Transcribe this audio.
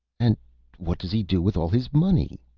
and what does he do with all his money?